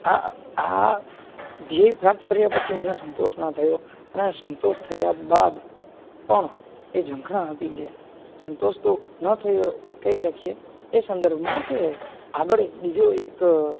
આ આ ધ્યેય પ્રાપ્ત કર્યા પછી મને સંતોષ ના થયો અને સંતોષ થયા બાદ પણ એ ઝંખના હતી જે સંતોષ તો ન થયો કહી શકીએ એ સંદર્ભમાં કે આગળ બીજો એક